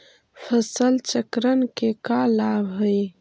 फसल चक्रण के का लाभ हई?